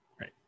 Right